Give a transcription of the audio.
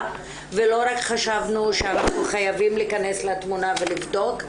ולא רק חשבנו שאנחנו חייבים להיכנס לתמונה ולבדוק,